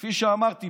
כפי שאמרתי,